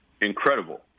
incredible